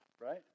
right